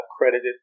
accredited